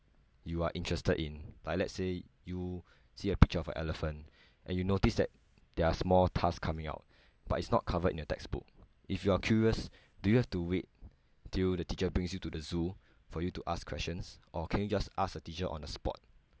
you are interested in like let's say you see a picture of a elephant and you notice that their small tusk coming out but it's not covered in your textbook if you're curious do you have to wait till the teacher brings you to the zoo for you to ask questions or can you just ask the teacher on the spot